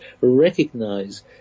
Recognize